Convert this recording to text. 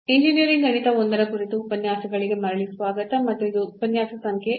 engineering ಗಣಿತ I ಕುರಿತು ಉಪನ್ಯಾಸಗಳಿಗೆ ಮರಳಿ ಸ್ವಾಗತ ಮತ್ತು ಇದು ಉಪನ್ಯಾಸ ಸಂಖ್ಯೆ 20